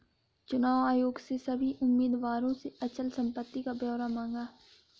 चुनाव आयोग ने सभी उम्मीदवारों से अचल संपत्ति का ब्यौरा मांगा